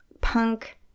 punk